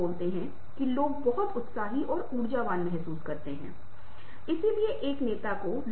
अब मैं अपनी सीट पर अपना पैर रख रहा हूं और आप अपना हाथ मेरी सीट पर रख रहे हैं हम आराम से कहते हैं हमें इस पर कोई आपत्ति नहीं है